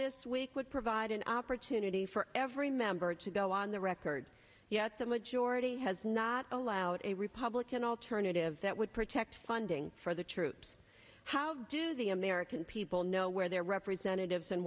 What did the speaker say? this week would provide an opportunity for every member to go on the record yet the majority has not allowed a republican alternative that would next funding for the troops how do the american people know where their representatives